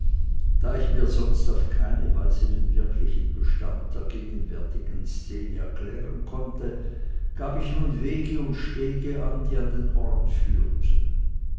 da ich mir sonst auf keine weise den wirklichen bestand der gegenwärtigen szene erklären konnte gab ich nun weg und stege an die an den ort führen